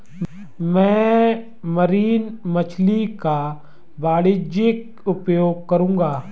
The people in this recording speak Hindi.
मैं मरीन मछली का वाणिज्यिक उपयोग करूंगा